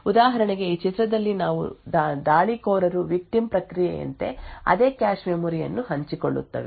ಉದಾಹರಣೆಗೆ ಈ ಚಿತ್ರದಲ್ಲಿ ನಾವು ದಾಳಿಕೋರರು ವಿಕ್ಟಿಮ್ ಪ್ರಕ್ರಿಯೆಯಂತೆ ಅದೇ ಕ್ಯಾಶ್ ಮೆಮೊರಿ ಯನ್ನು ಹಂಚಿಕೊಳ್ಳುತ್ತವೆ